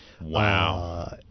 Wow